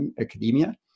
academia